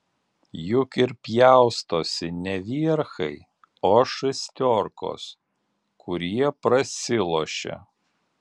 juk ir pjaustosi ne vierchai o šestiorkos kurie prasilošia